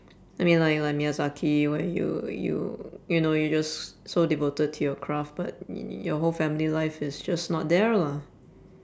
I mean like like miyazaki where you you you know you just so devoted to your craft but y~ your whole family life is just not there lah